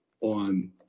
on